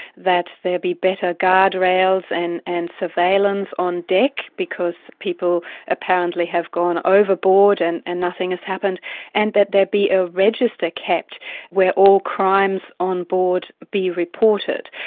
that there be better guard rails and and surveillance on deck, because people apparently have gone overboard and and nothing has happened and that there be a register kept where all crimes on board be reported.